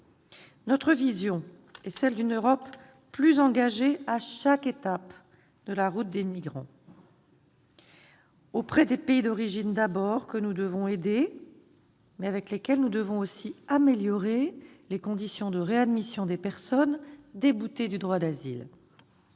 Notre vision est celle d'une Europe plus engagée à chaque étape de la route des migrants. Auprès des pays d'origine, d'abord, que nous devons aider, mais avec lesquels nous devons aussi améliorer les conditions de réadmission des personnes déboutées du droit d'asile.